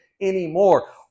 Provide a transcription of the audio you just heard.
anymore